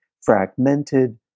fragmented